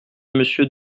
monsieur